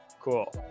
cool